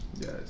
Yes